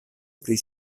pri